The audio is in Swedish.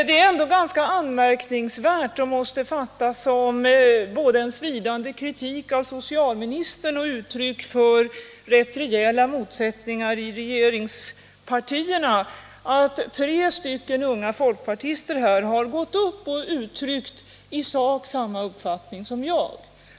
Det är dock ganska anmärkningsvärt och att fatta som både en svidande kritik mot socialministern och ett uttryck för rätt rejäla motsättningar i regeringspartierna att tre unga folkpartister här har gått upp och uttryckt i sak samma uppfattning som jag.